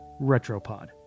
Retropod